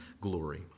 glory